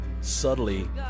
subtly